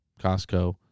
costco